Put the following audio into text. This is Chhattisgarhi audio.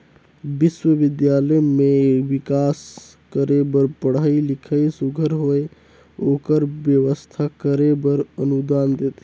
बिस्वबिद्यालय में बिकास करे बर पढ़ई लिखई सुग्घर होए ओकर बेवस्था करे बर अनुदान देथे